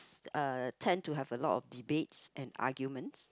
uh tend to have a lot of debates and arguments